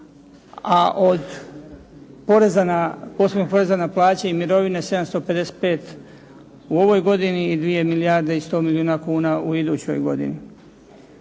a od posebnog poreza na plaće i mirovine 755 u ovoj godini i 2 milijarde i 100 milijuna kuna u idućoj godini.